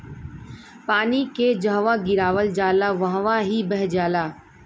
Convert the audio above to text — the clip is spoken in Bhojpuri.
पानी के जहवा गिरावल जाला वहवॉ ही बह जाला